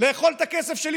לאכול את הכסף שלי,